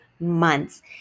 months